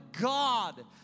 God